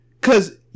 cause